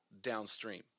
downstream